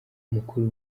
umukuru